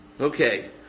Okay